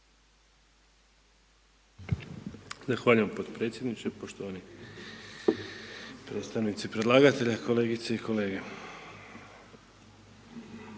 Zahvaljujem podpredsjedniče, poštovani predstavnici predlagatelja, kolegice i kolege.